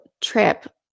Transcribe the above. trip